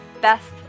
best